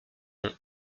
nom